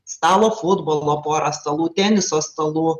stalo futbolo porą stalų teniso stalų